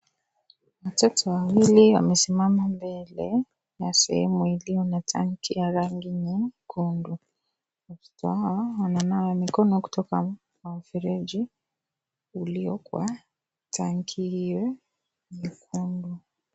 Watoto wawili wamesimama mbele ya sehemu iliyo na tanki ya rangi nyekundu. Watoto hawa, wananawa mikono kutoka kwa mfereji uliyo kwa tanki hiyo nyekundu.